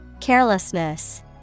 Carelessness